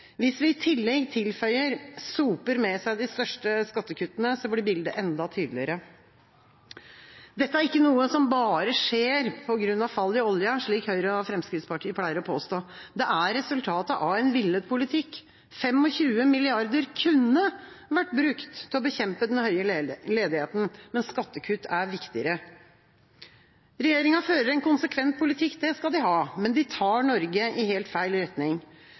Hvis vi i tillegg tilføyer: soper med seg de største skattekuttene, blir bildet enda tydeligere. Dette er ikke noe som bare skjer på grunn av fall i olja, slik Høyre og Fremskrittspartiet pleier å påstå. Det er resultatet av en villet politikk. 25 mrd. kr kunne vært brukt til å bekjempe den høye ledigheten, men skattekutt er viktigere. Regjeringa fører en konsekvent politikk – det skal de ha – men de tar Norge i helt feil retning.